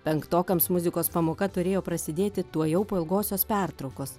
penktokams muzikos pamoka turėjo prasidėti tuojau po ilgosios pertraukos